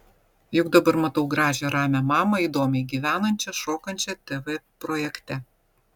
juk dabar matau gražią ramią mamą įdomiai gyvenančią šokančią tv projekte